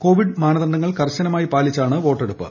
Covid സുരക്ഷാ മാനദണ്ഡങ്ങൾ കർശനമായി പാലിച്ചാണ് വോട്ടെടുപ്പ്